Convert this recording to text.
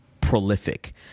prolific